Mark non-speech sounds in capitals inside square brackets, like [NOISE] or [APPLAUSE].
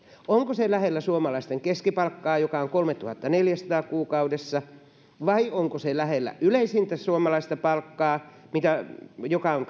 onko se lähellä suomalaisten keskipalkkaa joka on kolmessatuhannessaneljässäsadassa kuukaudessa vai onko se lähellä yleisintä suomalaista palkkaa joka on [UNINTELLIGIBLE]